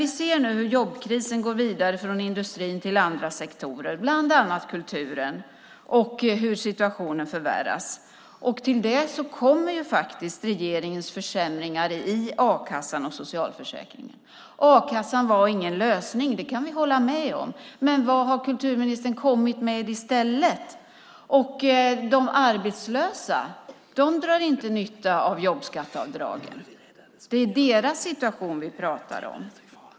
Vi ser nu hur jobbkrisen går vidare från industrin till andra sektorer, bland annat kulturen, och hur situationen förvärras. Till det kommer faktiskt regeringens försämringar i a-kassan och socialförsäkringarna. A-kassan var ingen lösning, det kan vi hålla med om, men vad har kulturministern kommit med i stället? De arbetslösa drar inte nytta av jobbskatteavdraget. Det är ju deras situation vi pratar om.